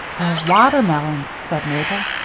or watermelons, said mabel.